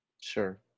sure